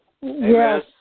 Yes